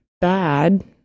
bad